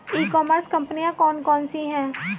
ई commerce कंपनियाँ कौन कौन सी हैं?